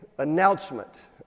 announcement